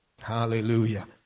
Hallelujah